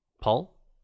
Paul